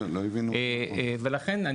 ולכן,